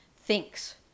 thinks